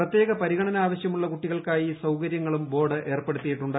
പ്രത്യേക പ്രിഗ്ണന ആവശ്യമുള്ള കുട്ടികൾക്കായി സൌകര്യങ്ങളുട് ബോർഡ് ഏർപ്പെടുത്തിയിട്ടുണ്ട്